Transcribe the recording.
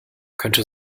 könnte